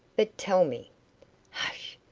but tell me hush!